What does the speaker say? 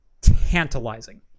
tantalizing